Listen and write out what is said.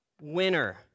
Winner